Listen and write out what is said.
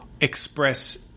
express